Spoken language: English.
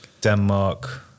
Denmark